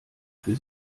für